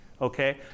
okay